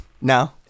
no